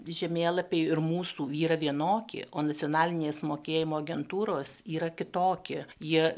žemėlapiai ir mūsų yra vienoki o nacionalinės mokėjimo agentūros yra kitoki jie